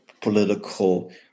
political